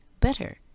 better